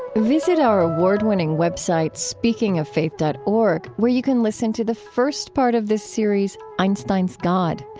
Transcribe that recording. visit our award-winning web site, speakingoffaith dot org, where you can listen to the first part of this series, einstein's god.